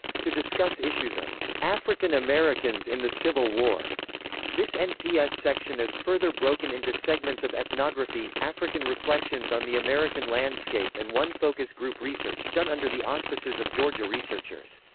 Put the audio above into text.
to discuss issues of african americans in the civil war this nps section is further broken into segments of ethnography, african reflections on the american landscape and one focus group research, done under the auspices of georgia researchers.